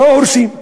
לא הורסים.